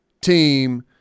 team